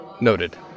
Noted